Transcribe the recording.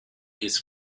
his